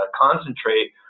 concentrate